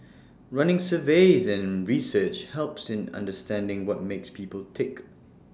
running surveys and research helps in understanding what makes people tick